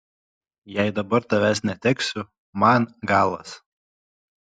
jei dabar tavęs neteksiu man galas